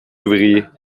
ouvriers